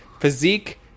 physique